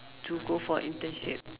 to go for internship